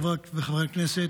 חברות וחברי הכנסת,